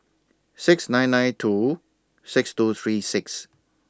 six nine nine two six two three six